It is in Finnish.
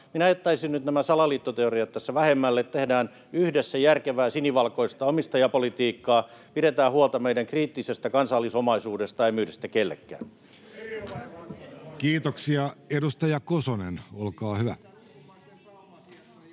Minä jättäisin nyt nämä salaliittoteoriat tässä vähemmälle. Tehdään yhdessä järkevää sinivalkoista omistajapolitiikkaa. Pidetään huolta meidän kriittisestä kansallisomaisuudesta, ei myydä sitä kellekään. [Perussuomalaisten ryhmästä: